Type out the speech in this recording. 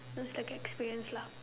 it's like a experience lah